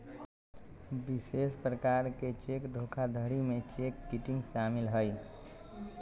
विशेष प्रकार के चेक धोखाधड़ी में चेक किटिंग शामिल हइ